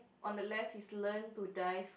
on the left is learn to dive